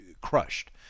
crushed